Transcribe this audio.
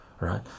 right